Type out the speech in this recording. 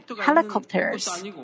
helicopters